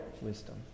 wisdom